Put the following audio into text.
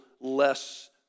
less